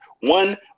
One